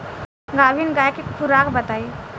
गाभिन गाय के खुराक बताई?